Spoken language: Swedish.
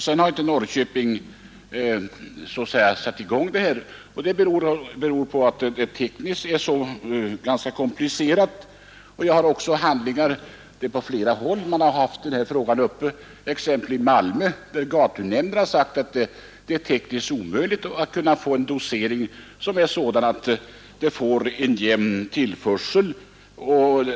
Sedan har inte Norrköping satt i gång igen. Det beror på att det tekniskt är så komplicerat. Man har haft denna fråga uppe på flera håll, exempelvis i Malmö där gatunämnden har sagt att det är tekniskt omöjligt att kunna få en dosering, som är sådan att den ger en jämn tillförsel av fluor.